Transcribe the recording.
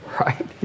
Right